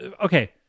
Okay